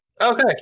Okay